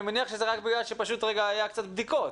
מניח שזה רק בגלל שבינתיים נערכו קצת בדיקות,